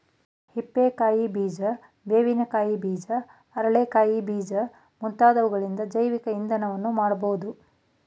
ಹಿಪ್ಪೆ ಕಾಯಿ ಬೀಜ, ಬೇವಿನ ಕಾಯಿ ಬೀಜ, ಅರಳೆ ಕಾಯಿ ಬೀಜ ಮುಂತಾದವುಗಳಿಂದ ಜೈವಿಕ ಇಂಧನವನ್ನು ಮಾಡಬೋದು